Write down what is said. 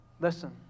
Listen